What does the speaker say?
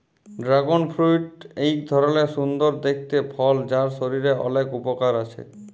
dragon fruit এক ধরলের সুন্দর দেখতে ফল যার শরীরের অলেক উপকার আছে